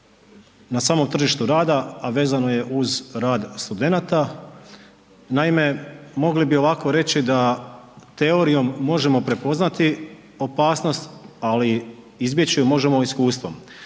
na samom tržištu rada, a vezano je uz rad studenata. Naime, mogli bi ovako reći da teorijom možemo prepoznati opasnost, ali izbjeći ju možemo iskustvom.